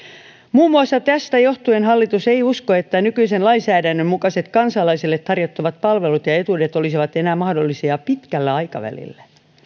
muun muassa tästä johtuen hallitus ei usko että nykyisen lainsäädännön mukaiset kansalaiselle tarjottavat palvelut ja etuudet olisivat enää mahdollisia pitkällä aikavälillä